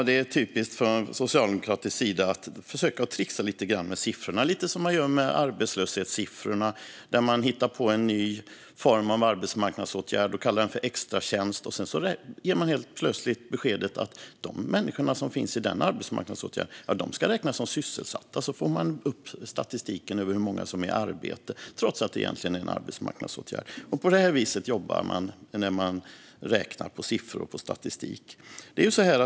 Fru talman! Det är från socialdemokratisk sida typiskt att försöka trixa lite grann med siffrorna, lite som man gör med arbetslöshetssiffrorna. Man hittar på en ny form av arbetsmarknadsåtgärd och kallar den för extratjänst, och sedan ger man plötsligt beskedet att de människor som befinner sig i den arbetsmarknadsåtgärden ska räknas som sysselsatta. Så får man upp statistiken över hur många som är i arbete, trots att det egentligen rör sig om en arbetsmarknadsåtgärd. På det viset jobbar man när man räknar på siffror och statistik.